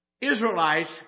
Israelites